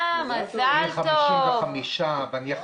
הם מציגים תעודת לידה ואת הפרטים של